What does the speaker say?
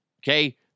okay